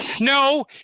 No